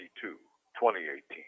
2018